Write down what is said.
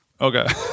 Okay